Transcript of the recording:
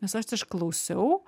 nes aš išklausiau